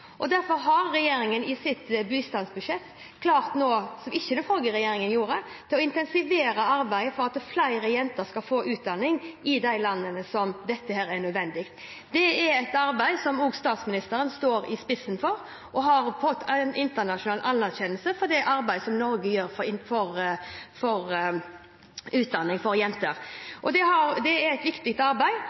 arbeid. Derfor har regjeringen i sitt bistandsbudsjett nå klart – som ikke den forrige regjeringen gjorde – å intensivere arbeidet for at flere jenter skal få utdanning i de landene der dette er nødvendig. Dette er også et arbeid som statsministeren står i spissen for, og man har fått internasjonal anerkjennelse for det arbeidet Norge gjør for utdanning for jenter. Det er et viktig arbeid.